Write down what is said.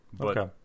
Okay